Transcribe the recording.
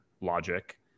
logic